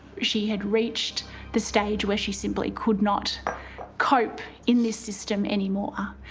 she had reached the stage where she simply could not cope in this system anymore,